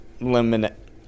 limit